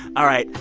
all right,